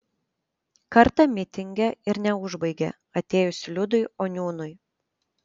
kartą mitinge ir neužbaigė atėjus liudui oniūnui